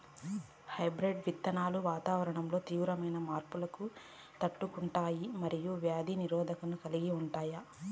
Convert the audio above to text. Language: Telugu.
హైబ్రిడ్ విత్తనాలు వాతావరణంలో తీవ్రమైన మార్పులను తట్టుకుంటాయి మరియు వ్యాధి నిరోధకతను కలిగి ఉంటాయి